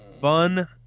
fun